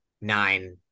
nine